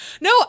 No